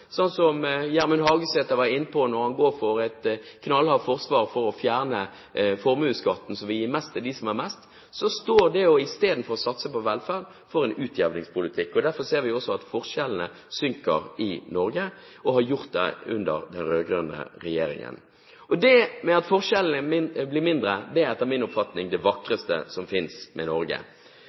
sånn som Gjermund Hagesæter var inne på når han går for et knallhardt forsvar for å fjerne formuesskatten, som vil gi mest til dem som har mest – står det å satse på velferd for en utjevningspolitikk. Derfor ser vi også at forskjellene synker i Norge, og har gjort det under den rød-grønne regjeringen. Det med at forskjellene blir mindre, er etter min oppfatning det vakreste som er med Norge.